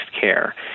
care